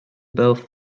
both